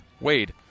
Wade